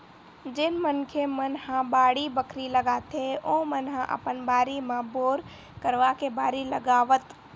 जेन मनखे मन ह बाड़ी बखरी लगाथे ओमन ह अपन बारी म बोर करवाके बारी लगावत